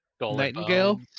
Nightingale